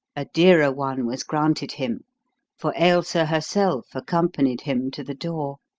a dearer one was granted him for ailsa herself accompanied him to the door.